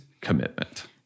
Commitment